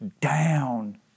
down